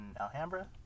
Alhambra